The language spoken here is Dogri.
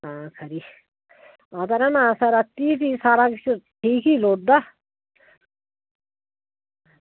आं खरी आं असें रौह्ना रातीं ते सारा किश ठीक ऐ लोड़दा